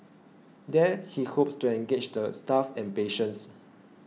there he hopes to engage the staff and patients